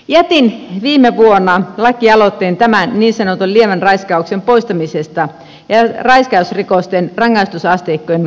jätin viime vuonna laki aloitteen tämän niin sanotun lievän raiskauksen poistamisesta ja raiskausrikosten rangaistusasteikkojemme koventamisesta